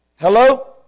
Hello